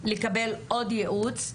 לקבל עוד ייעוץ,